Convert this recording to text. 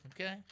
Okay